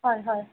হয় হয়